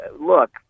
look